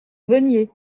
veniez